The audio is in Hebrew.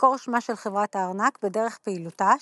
מקור שמה של חברת הארנק בדרך פעילותה,